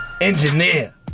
engineer